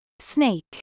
Snake